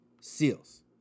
Seals